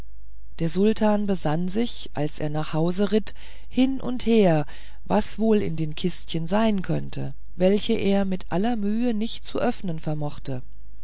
der sultan besann sich als er nach hause ritt hin und her was wohl in den kistchen sein könnte welche er mit aller mühe nicht zu eröffnen vermochte